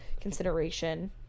consideration